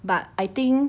but I think